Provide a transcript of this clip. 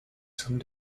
some